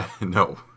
No